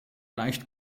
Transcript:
leicht